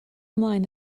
ymlaen